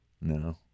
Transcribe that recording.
No